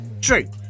True